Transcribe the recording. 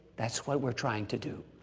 that's what we're trying to do.